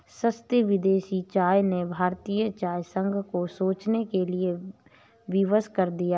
सस्ती विदेशी चाय ने भारतीय चाय संघ को सोचने के लिए विवश कर दिया है